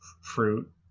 fruit